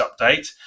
update